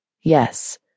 Yes